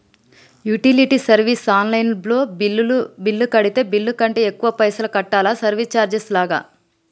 Utility service online లో bill కడితే bill కంటే ఎక్కువ పైసల్ కట్టాలా సర్వీస్ చార్జెస్ లాగా?